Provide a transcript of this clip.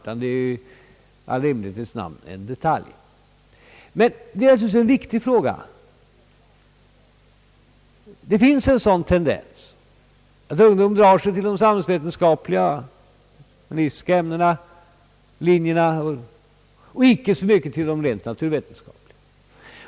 Men naturligtvis är frågan om attraktionskraften viktig. Det finns en tendens hos ungdomen att välja samhällsvetenskapliga och humanistiska linjer framför de rent na turvetenskapliga.